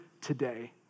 today